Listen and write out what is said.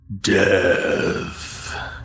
death